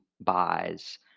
buys